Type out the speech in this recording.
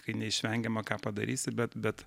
kai neišvengiama ką padarysi bet bet